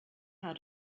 how